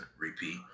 repeat